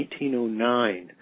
1909